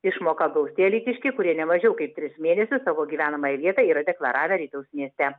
išmoką gaus tie alytiškiai kurie ne mažiau kaip tris mėnesius savo gyvenamąją vietą yra deklaravę alytaus mieste